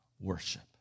worship